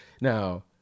Now